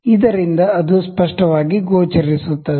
ಇದರಿಂದ ಅದು ಸ್ಪಷ್ಟವಾಗಿ ಗೋಚರಿಸುತ್ತದೆ